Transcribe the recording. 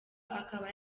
akaba